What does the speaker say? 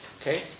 Okay